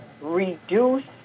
reduce